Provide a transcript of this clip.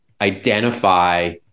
identify